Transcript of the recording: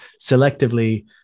selectively